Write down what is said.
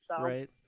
Right